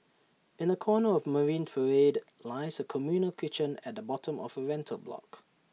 in A corner of marine parade lies A communal kitchen at the bottom of A rental block